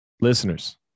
Listeners